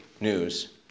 news